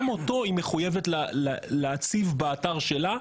גם אותו היא מחויבת להציב באתר שלה.